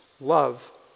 love